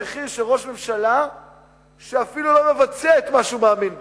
במחיר שראש ממשלה אפילו לא מבצע את מה שהוא מאמין בו,